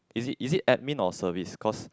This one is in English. is it is it admin or service cause